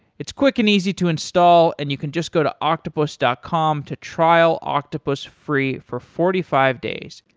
it's quick and easy to install and you can just go to octopus dot com to trial octopus free for forty five days.